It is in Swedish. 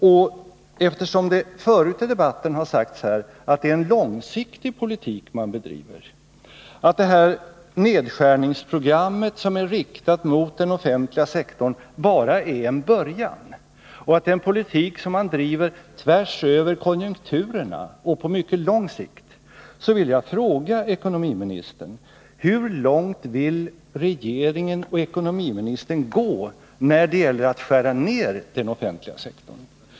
Och eftersom det förut i debatten här har sagts att det är en långsiktig politik man bedriver, att det här nedskärningsprogrammet som är riktat mot den offentliga sektorn bara är en början och att det är en politik som man driver tvärsöver konjunkturer och på 75 mycket lång sikt, så vill jag fråga ekonomiministern: Hur långt vill regeringen och ekonomiministern gå när det gäller att skära ner den offentliga sektorn?